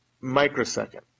microsecond